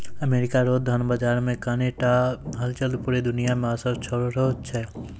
America रो धन बाजार मे कनी टा हलचल पूरा दुनिया मे असर छोड़ै छै